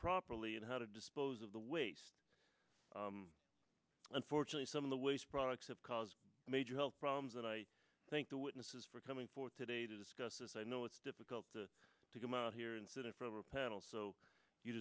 properly and how to dispose of the waste unfortunately some of the waste products have caused major health problems and i think the witnesses for coming forward today to discuss this i know it's difficult to come out here and sit in front of a panel so you